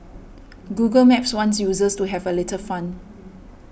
Google Maps wants users to have a little fun